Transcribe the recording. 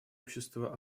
общество